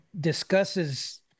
discusses